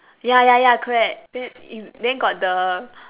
ya ya ya correct then it then got the